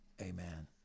Amen